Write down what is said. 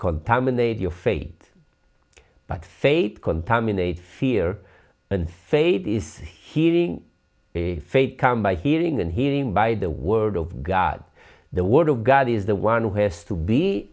contaminate your fate but fate contaminates fear and fate is hitting a faith come by hearing and hearing by the word of god the word of god is the one who has to be